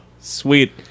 sweet